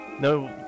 No